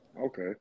Okay